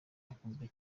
akunzwe